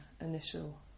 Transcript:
initial